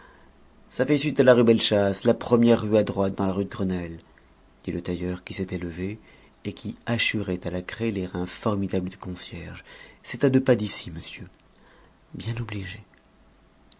ça fait suite à la rue bellechasse la première rue à droite dans la rue de grenelle dit le tailleur qui s'était levé et qui hachurait à la craie les reins formidables du concierge c'est à deux pas d'ici monsieur bien obligé